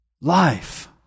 Life